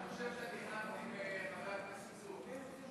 אני חושב שהחלפתי עם חבר הכנסת צור.